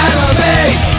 Enemies